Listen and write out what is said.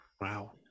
Wow